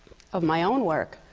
of my own work,